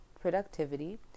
productivity